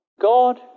God